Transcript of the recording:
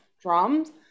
drums